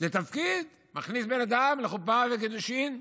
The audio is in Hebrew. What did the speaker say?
זה תפקיד, מכניס בן אדם לחופה וקידושין.